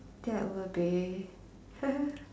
that will be